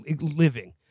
living